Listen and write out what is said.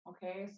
Okay